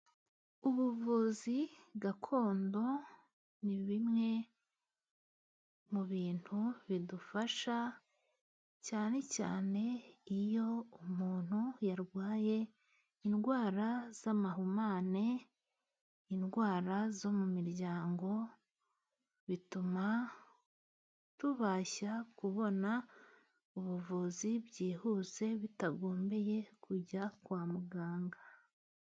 Ubuvuzi gakondo nibimwe mu bintu bidufasha, cyane cyane iyo umuntu yarwaye indwara z amahumane, indwara zo mu miryango, bituma tubasha kubona ubuvuzi byihuse bitagombeye kujya kwa muganga.